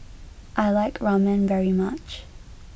I like Ramen very much